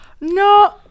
No